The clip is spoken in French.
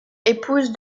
épouse